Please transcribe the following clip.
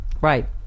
Right